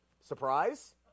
Surprise